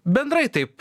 bendrai taip